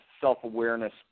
self-awareness